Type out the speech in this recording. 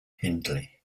hindley